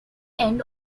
end